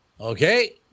Okay